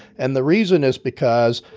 and the reason is because,